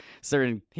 certain